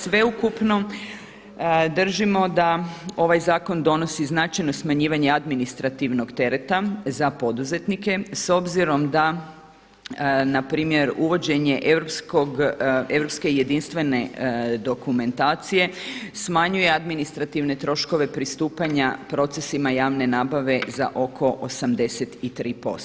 Sveukupno držimo da ovaj zakon donosi značajno smanjivanje administrativnog tereta za poduzetnike s obzirom da na primjer uvođenje europske jedinstvene dokumentacije smanjuje administrativne troškove pristupanja procesima javne nabave za oko 83%